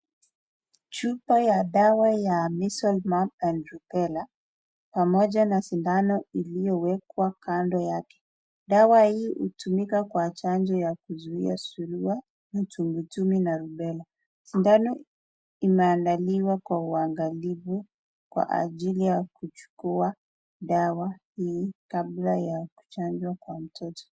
Chupa ya dawa ya Measles , Mumps and Rubella , pamoja na sindano iliyowekwa kando yake. Dawa hii hutumika kwa chanjo ya kuzuia surua, mumps na Rubella . Sindano imeandaliwa kwa uangalifu kwa ajili ya kuchukua dawa hii kabla ya kuchanjwa kwa mtoto.